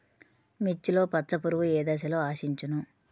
మిర్చిలో పచ్చ పురుగు ఏ దశలో ఆశించును?